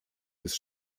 ist